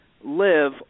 live